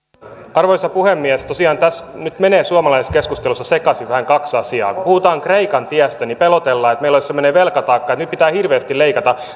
arvoisa puhemies tosiaan tässä nyt menee suomalaisessa keskustelussa sekaisin vähän kaksi asiaa kun puhutaan kreikan tiestä niin pelotellaan että meillä olisi semmoinen velkataakka että nyt pitää hirveästi leikata